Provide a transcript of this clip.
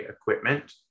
equipment